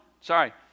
sorry